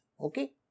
okay